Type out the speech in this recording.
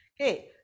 okay